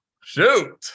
shoot